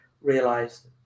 realized